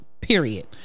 period